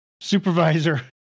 supervisor